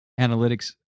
analytics